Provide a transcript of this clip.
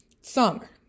summer